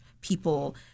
people